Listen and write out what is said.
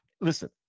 listen